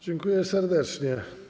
Dziękuję serdecznie.